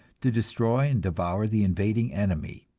to destroy and devour the invading enemy.